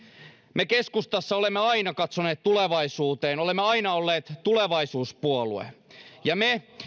me keskustassa olemme aina katsoneet tulevaisuuteen olemme aina olleet tulevaisuuspuolue me